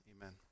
Amen